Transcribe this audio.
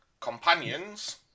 Companions